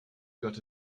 got